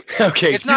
Okay